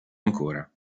ancora